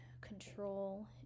control